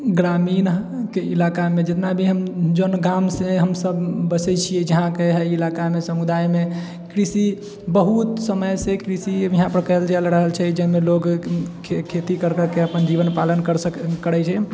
ग्रामीणके इलाकामे जितना भी हम जोन गामसँ हम सभ बसै छियै जहाँके है इलाकामे समुदायमे कृषि बहुत समयसँ कृषि यहाँपर कयल जा रहल छै जाहिमे लोक खेती करिके अपन जीवन पालन करि सकै करै छै